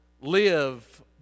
live